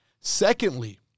Secondly